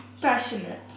Passionate